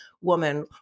woman